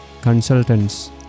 consultants